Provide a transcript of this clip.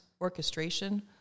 orchestration